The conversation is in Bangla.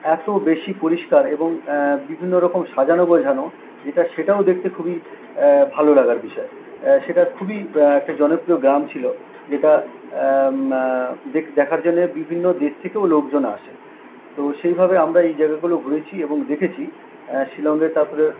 এতো বেশি পরিষ্কার এবং বিভিন্ন রকম সাজানো গোঝানো এটা সেটাও দেখতে খুবই ভালো লাগার বিষয় সেটা খুবই একটা জনপ্রিয় গ্রাম ছিলো যেটা দেখ দেখার জন্যে বিভিন্ন দেশ থেকেও লোকজন আসে এবং সেইভাবে আমরা এই জায়গাগুলো ঘুরেছি এবং দেখেছি শিলংয়ে তারপরে